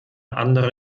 andere